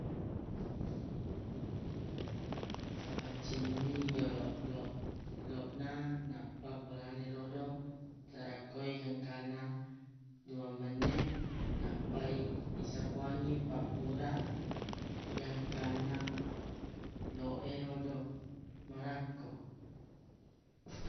kapaccingini joloq loq loq na nampa purana erodo tarakkoi gangkanna dua menneq nappai isapuangngi pabbura gangkanna loq erodo marakko